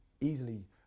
easily